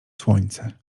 słońce